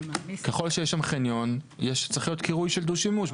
ככל שיש שם חניון צריך להיות קירוי של דו-שימוש.